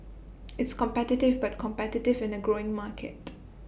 it's competitive but competitive in A growing market